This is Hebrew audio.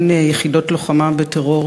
אין יחידות לוחמה בטרור,